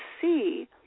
see